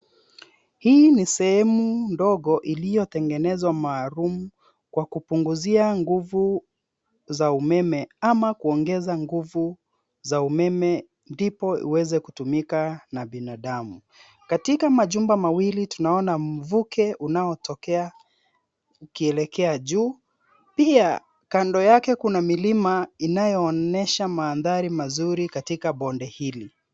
Hii ni sehemu ndogo iliyotegenezwa maalum kwa kupunguzia nguvu za umeme ama kuongeza nguvu za umeme ndipo iweze kutumika na binadamu. Katika majumba mawili tunaona mvuke unaotokea ukielekea juu pia kando yake kuna milima inayoonyesha mandhari mazuri katika bonde hili.